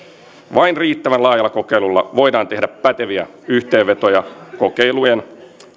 vain riittävän laajalla kokeilulla voidaan tehdä päteviä yhteenvetoja kokeilujen